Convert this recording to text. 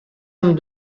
amb